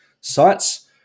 sites